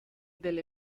del